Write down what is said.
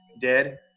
dead